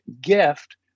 gift